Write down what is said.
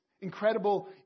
incredible